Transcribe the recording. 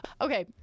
Okay